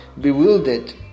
bewildered